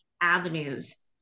avenues